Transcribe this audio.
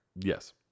Yes